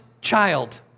child